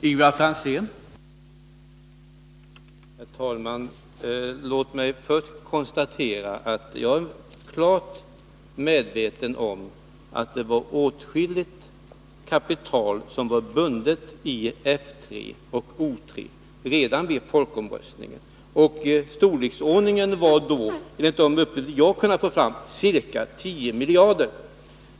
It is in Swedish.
Herr talman! Låt mig först poängtera att jag är klart medveten om att det var åtskilligt kapital som var bundet i F 3 och O 3 redan vid folkomröstningen. Storleksordningen var då, enligt de uppgifter jag har kunnat få fram, ca 10 miljarder.